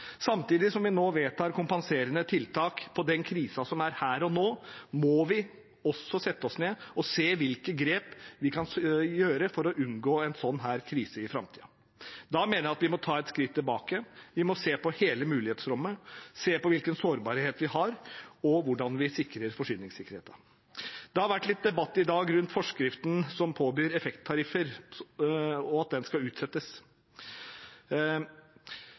Samtidig som vi nå vedtar kompenserende tiltak for den krisen som er her og nå, må vi også sette oss ned og se på hvilke grep vi kan gjøre for å unngå en sånn krise i framtiden. Da mener jeg at vi må ta et skritt tilbake, vi må se på hele mulighetsrommet, se på hvilken sårbarhet vi har, og hvordan vi sikrer forsyningssikkerheten. Det har vært litt debatt i dag rundt forskriften som påbyr effekttariffer, og at den skal utsettes.